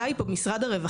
הבעיה פה היא משרד הרווחה.